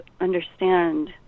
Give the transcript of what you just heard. understand